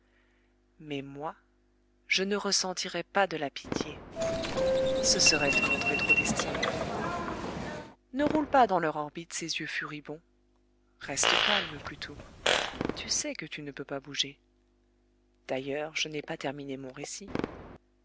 mais moi je ne ressentirai pas de la pitié ce serait te montrer trop d'estime ne roule pas dans leur orbite ces yeux furibonds reste calme plutôt tu sais que tu ne peux pas bouger d'ailleurs je n'ai pas terminé mon récit